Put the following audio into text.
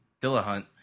Dillahunt